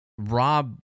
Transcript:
Rob